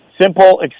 simple